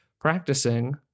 practicing